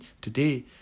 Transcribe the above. today